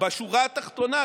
בשורה התחתונה,